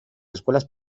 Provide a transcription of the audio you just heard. escuelas